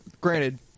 granted